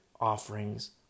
offerings